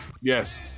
Yes